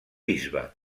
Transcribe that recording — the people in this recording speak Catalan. bisbe